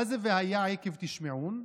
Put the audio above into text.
מה זה "והיה עקב תשמעון"?